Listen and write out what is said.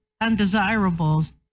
undesirables